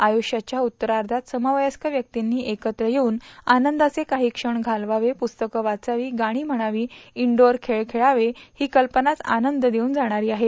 आयुष्याच्या उत्तरार्षात समवयस्क व्यक्तींनी एकत्र येऊन आनंदाचे काही क्षण घालवावे पुस्तके वाचावी गाणी म्हणावी इनडोअर खेळ खेळवे ही कल्पनाच आनंद देऊन जाणारी आहे